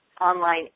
online